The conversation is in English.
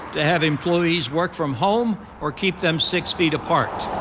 they have employees work from home or keep them six feet apart.